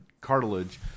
cartilage